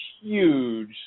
huge